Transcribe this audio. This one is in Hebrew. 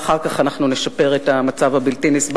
ואחר כך אנחנו נשפר את המצב הבלתי-נסבל